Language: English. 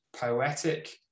poetic